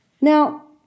Now